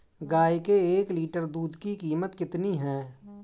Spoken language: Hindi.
गाय के एक लीटर दूध की कीमत कितनी है?